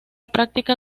práctica